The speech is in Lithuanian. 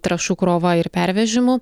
trąšų krova ir pervežimu